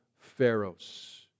Pharaoh's